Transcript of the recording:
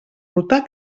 rotar